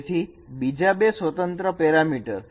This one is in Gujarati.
તેથી બીજા બે સ્વતંત્ર પેરામીટર